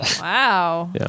Wow